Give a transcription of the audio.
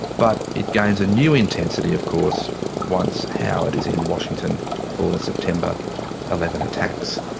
but it gains a new intensity of course, once howard is in washington for the september eleven attacks,